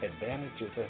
advantages